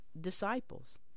disciples